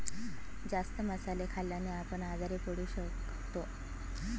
जास्त मसाले खाल्ल्याने आपण आजारी पण पडू शकतो